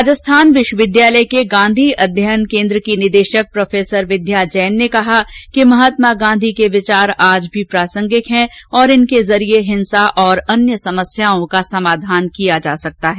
राजस्थान विश्वविद्यालय के गांधी अध्ययन केन्द्र की निदेशक प्रोफेसर विद्या जैन ने कहा कि महात्मा गांधी के विचार आज भी प्रासंगिक है और इनके जरिये हिंसा और अन्य समस्याओं का समाधान किया जा सकता है